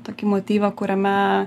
tokį motyvą kuriame